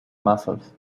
muscles